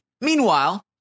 Meanwhile